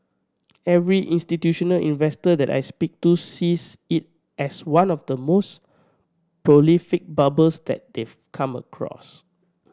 every institutional investor that I speak to sees it as one of the most prolific bubbles that they've come across